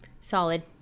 Solid